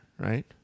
right